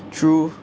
true